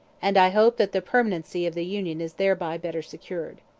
and i hope that the permanency of the union is thereby better secured.